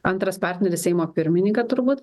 antras partneris seimo pirmininką turbūt